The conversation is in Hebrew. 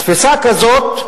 התפיסה הזאת,